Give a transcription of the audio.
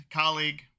colleague